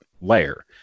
layer